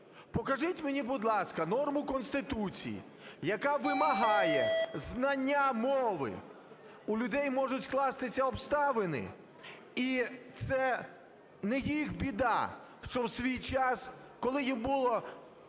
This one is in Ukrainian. Покажіть мені, будь ласка, норму Конституції, яка вимагає знання мови. У людей можуть скластися обставини, і це не їх біда, що в свій час, коли їм було